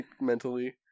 mentally